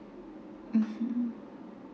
mmhmm